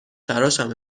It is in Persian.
تراشم